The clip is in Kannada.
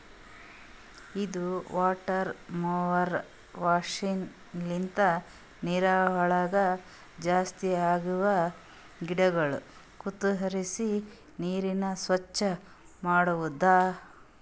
ಇದು ವಾಟರ್ ಮೊವರ್ ಮಷೀನ್ ಲಿಂತ ನೀರವಳಗ್ ಜಾಸ್ತಿ ಆಗಿವ ಗಿಡಗೊಳ ಕತ್ತುರಿಸಿ ನೀರನ್ನ ಸ್ವಚ್ಚ ಮಾಡ್ತುದ